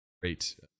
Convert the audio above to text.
great